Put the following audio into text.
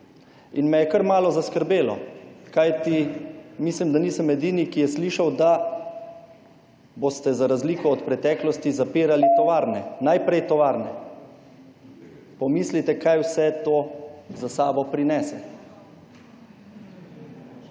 Me je kar malo zaskrbelo, kajti mislim, da nisem edini, ki je slišal, da boste za razliko od preteklosti zapirali tovarne, najprej tovarne. Pomislite, kaj vse to za sabo prinese.